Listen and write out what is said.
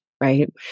right